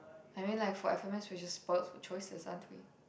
I mean like for F_M_S we are just spoilt for choices aren't we